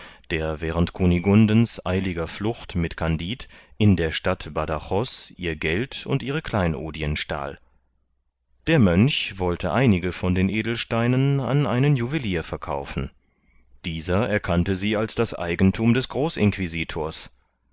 der während kunigundens eiliger flucht mit kandid in der stadt badajoz ihr geld und ihre kleinodien stahl der mönch wollte einige von den edelsteinen an einen juwelier verkaufen dieser erkannte sie als das eigenthum des